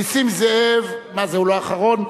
נסים זאב, מה זה, הוא לא אחרון?